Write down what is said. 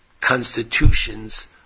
constitutions